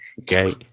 Okay